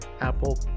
Apple